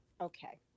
Okay